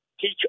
teach